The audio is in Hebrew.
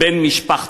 או בן משפחתו,